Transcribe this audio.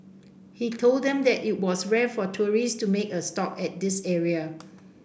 he told them that it was rare for tourists to make a stop at this area